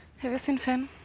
have you seen fin?